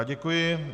Děkuji.